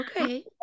Okay